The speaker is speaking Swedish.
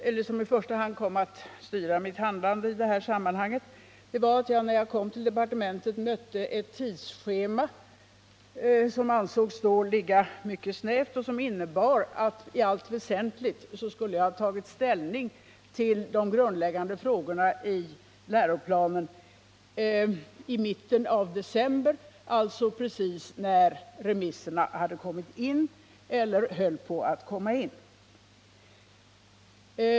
Det som i första hand kom att styra mitt handlande i det här sammanhanget var att jag när jag kom till departementet förelades ett snävt tidsschema, som innebar att jag i allt väsentligt skulle ha tagit ställning till de grundläggande frågorna i läroplanen i mitten av december, alltså just när remissyttrandena hade kommit in eller medan de höll på att komma in.